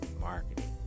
marketing